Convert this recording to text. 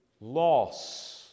loss